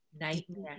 Nightmare